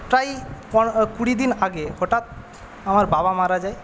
প্রায় কুড়ি দিন আগে হঠাৎ আমার বাবা মারা যায়